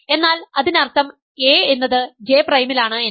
എന്നാൽ അതിനർത്ഥം a എന്നത് J പ്രൈമിലാണ് എന്നാണ്